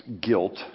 guilt